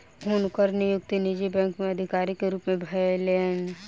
हुनकर नियुक्ति निजी बैंक में अधिकारी के रूप में भेलैन